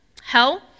hell